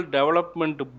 Development